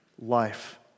life